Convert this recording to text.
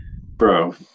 bro